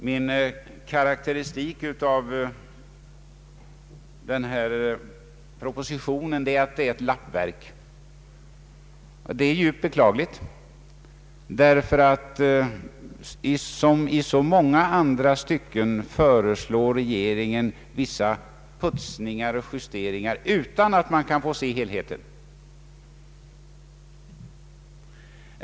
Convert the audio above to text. Min karakteristik av propositionen är att den är ett lappverk. Det är djupt beklagligt. Liksom i så många andra stycken föreslår regeringen vissa putsningar och justeringar utan att man kan få se helheten.